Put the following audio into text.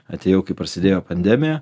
atėjau kai prasidėjo pandemija